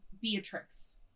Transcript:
Beatrix